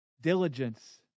diligence